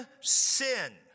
sin